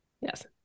Yes